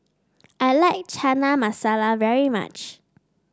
I like Chana Masala very much